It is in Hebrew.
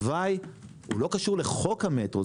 התוואי לא קשור לחוק המטרו.